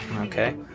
Okay